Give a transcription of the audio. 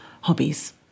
hobbies